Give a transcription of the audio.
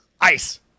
ice